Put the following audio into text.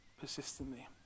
persistently